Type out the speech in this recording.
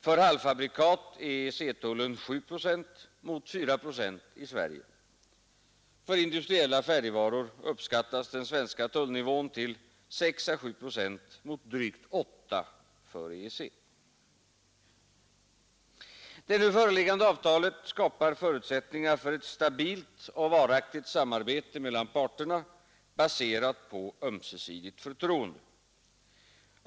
För industriella färdigvaror uppskattas den svenska tullnivån till 6 å 7 procent mot drygt 8 för EEC. Den nu föreliggande avtalet skapar förutsättningar för ett stabilt och varaktigt samarbete mellan parterna baserat på ömsesidigt förtroende.